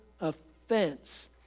offense